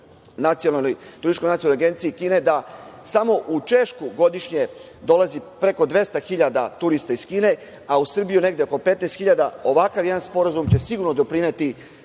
Turističkoj nacionalnoj agenciji Kine, da samo u Češku godišnje dolazi preko 200 hiljada turista iz Kine, a u Srbiju negde oko 15 hiljada. Ovakav jedan sporazum će sigurno doprineti